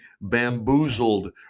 bamboozled